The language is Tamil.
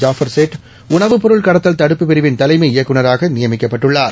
ஜாஃபர் சேட் உணவுப் பொருள் கடத்தல் தடுப்புப் பிரிவின் தலைமை இயக்குநராக நியமிக்கப்பட்டுள்ளார்